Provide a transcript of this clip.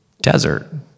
desert